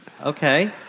Okay